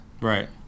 Right